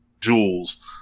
jewels